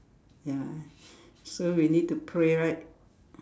ya so we need to pray right